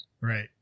Right